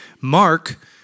Mark